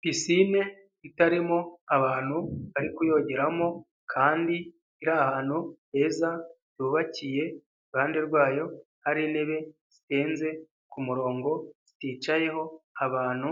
Pisine itarimo abantu bari kuyongeramo kandi iri ahantu heza yubakiye, iruhande rwayo hari intebe zihenze ku murongo ziticayeho abantu